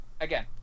again